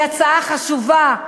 היא הצעה חשובה,